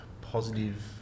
positive